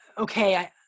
Okay